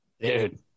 Dude